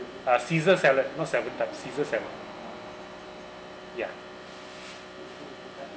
uh caesar salad not seven type ceaser salad ya